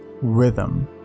rhythm